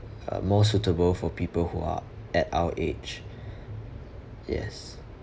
uh more suitable for people who are at our age yes